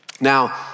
Now